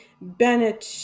Bennett